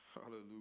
Hallelujah